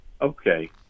Okay